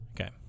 Okay